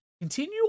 continue